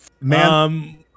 Man